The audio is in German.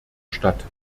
statt